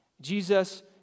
Jesus